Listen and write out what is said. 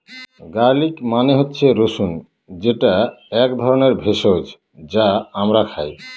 garlic মানে হচ্ছে রসুন যেটা এক ধরনের ভেষজ যা আমরা খাই